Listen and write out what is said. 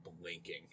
blinking